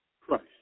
Christ